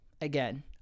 again